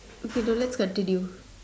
okay no let's continue